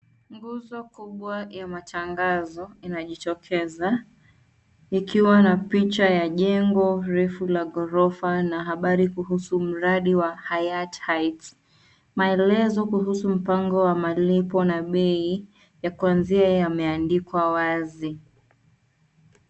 Nguzo kubwa ya matangazo inajitokeza ikiwa na picha ya jengo refu la ghorofa na habari kuhusu mradi wa hayat heights . Maelezo kuhusu mpango wa malipo na bei ya kuanzia yameandikwa wazi.